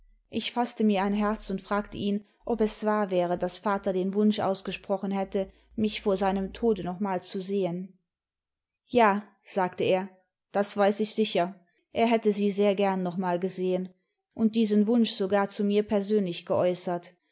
ich faßte mir ein herz und fragte ihn ob es wahr wäre daß vater den wunsch ausgesprochen hätte mich vor seinem tode noch mal zu sehen ja sagte er das weiß ich sicher er hätte sie sehr gern noch mal gesehen und diesen wunsch sogar zu mir persönlich geäußert